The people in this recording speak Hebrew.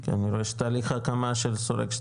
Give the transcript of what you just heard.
כי אני רואה שתהליך ההקמה של שורק 2